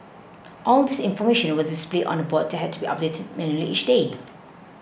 all this information was displayed on a board that had to be updated manually each day